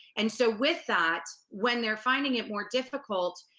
and so with that, when they're finding it more difficult,